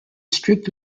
strict